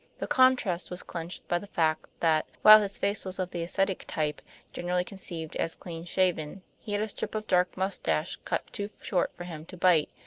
the contrast was clinched by the fact that, while his face was of the ascetic type generally conceived as clean-shaven, he had a strip of dark mustache cut too short for him to bite,